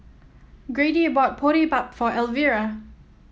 Grady bought Boribap for Elvira